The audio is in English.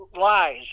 lies